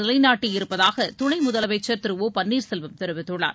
நிலைநாட்டியிருப்பதாக துணை முதலமைச்சர் திரு ஒ பள்ளீர்செல்வம் தெரிவித்துள்ளார்